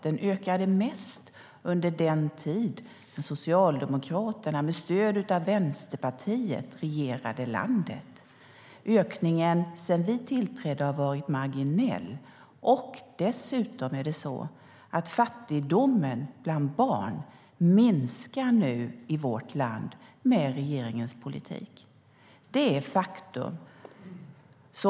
De ökade mest under den tid som Socialdemokraterna med stöd av Vänsterpartiet regerade landet. Ökningen sedan vi tillträdde har varit marginell. Dessutom minskar fattigdomen bland barn nu i vårt land med regeringens politik. Det är faktum.